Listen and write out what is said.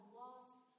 lost